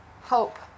hope